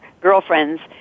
girlfriends